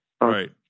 right